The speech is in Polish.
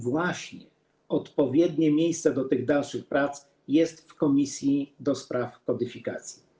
Właśnie odpowiednie miejsce do tych dalszych prac jest w komisji do spraw kodyfikacji.